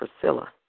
Priscilla